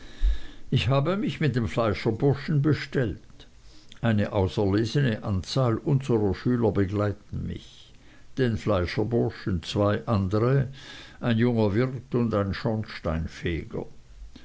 ich habe mich mit dem fleischerburschen bestellt eine auserlesene anzahl unserer schüler begleiten mich den fleischerburschen zwei andere ein junger wirt und ein schornsteinfeger